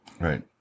right